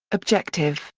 objective,